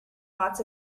lots